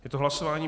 Je to hlasování 57.